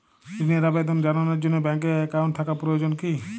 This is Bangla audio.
ঋণের আবেদন জানানোর জন্য ব্যাঙ্কে অ্যাকাউন্ট থাকা প্রয়োজন কী?